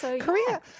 Korea